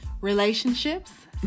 Relationships